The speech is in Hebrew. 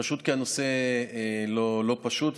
פשוט כי הנושא לא פשוט.